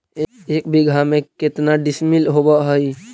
एक बीघा में केतना डिसिमिल होव हइ?